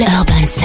Urban